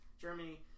Germany